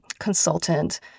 Consultant